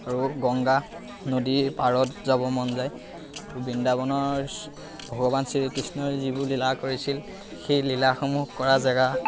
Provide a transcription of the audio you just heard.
আৰু গংগা নদীৰ পাৰত যাব মন যায় আৰু বৃন্দাবনৰ ভগৱান শ্ৰীকৃষ্ণই যিবোৰ লীলা কৰিছিল সেই লীলাসমূহ কৰা জেগা